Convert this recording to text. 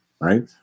right